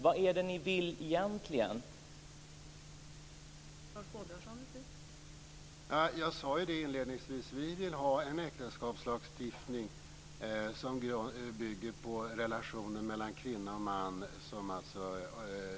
Vad är det ni egentligen vill?